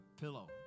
pillow